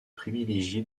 privilégié